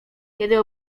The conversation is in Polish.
kiedy